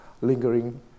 lingering